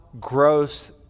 gross